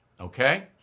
Okay